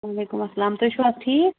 وَعلیکُم اَلسَلام تُہۍ چھُو حظ ٹھیٖک